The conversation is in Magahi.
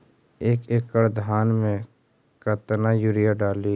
एक एकड़ धान मे कतना यूरिया डाली?